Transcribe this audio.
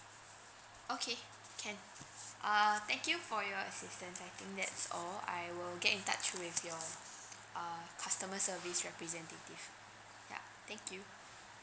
okay can err thank you for your assistance I think that's all I will get in touch with your uh customer service representative ya thank you